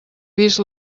vist